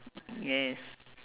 yes